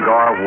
Gar